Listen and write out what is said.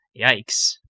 Yikes